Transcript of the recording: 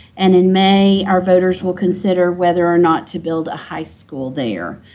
and, in may, our voters will consider whether or not to build a high school there.